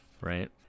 right